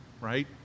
right